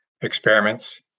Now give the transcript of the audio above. experiments